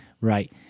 right